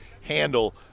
handle